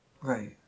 Right